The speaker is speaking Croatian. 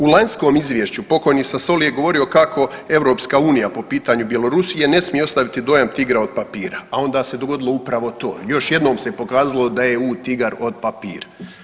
U lanjskom izvješću pokojni Sassoli je govorio kako EU po pitanju Bjelorusije ne smije ostaviti dojam tigra od papira, a onda se dogodilo upravo to, još jednom se pokazalo da je EU tigar od papira.